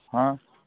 हाँ